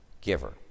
giver